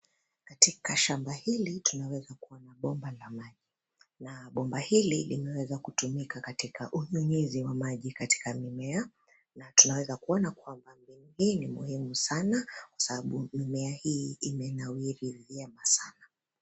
Katika shamba hili tunaweza kuona bomba la maji. Na bomba hili limeweza kutumika katika unyunyizi wa maji katika mimea. Na tunaweza kuona kwamba hii ni muhimu sana sababu mimea hii imenawiri vyema sana.